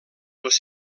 els